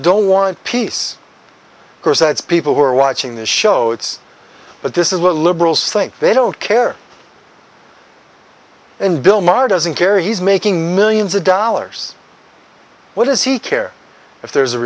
don't want peace corps it's people who are watching this show it's but this is what liberals think they don't care and bill maher doesn't care he's making millions of dollars what does he care if there's a